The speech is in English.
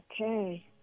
Okay